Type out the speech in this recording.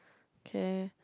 okay